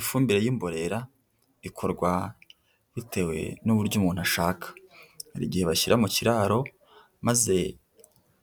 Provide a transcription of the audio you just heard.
Ifumbire y'imborera ikorwa bitewe n'uburyo umuntu ashaka, hari igihe bashyira mu kiraro maze